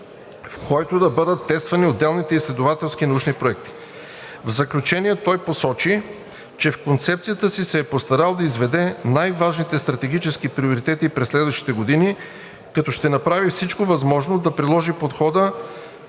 в който да бъдат тествани отделните изследователски и научни проекти. В заключение той посочи, че в концепцията си се е постарал да изведе най-важните стратегически приоритети през следващите години, като ще направи всичко възможно да приложи подхода